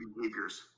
behaviors